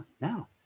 now